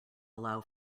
allow